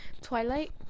Twilight